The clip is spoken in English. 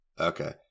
Okay